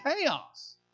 chaos